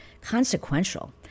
consequential